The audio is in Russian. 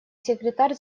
секретарь